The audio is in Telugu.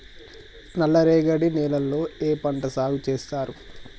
నల్లరేగడి నేలల్లో ఏ పంట సాగు చేస్తారు?